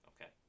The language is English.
Okay